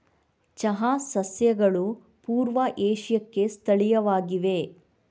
ಚಹಾ ಸಸ್ಯಗಳು ಪೂರ್ವ ಏಷ್ಯಾಕ್ಕೆ ಸ್ಥಳೀಯವಾಗಿವೆ